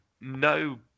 no